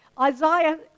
Isaiah